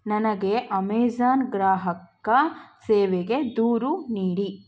ನನಗೆ ಅಮೆಝನ್ ಗ್ರಾಹಕ ಸೇವೆಗೆ ದೂರು ನೀಡಿ